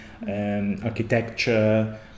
architecture